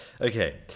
Okay